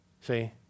See